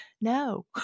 no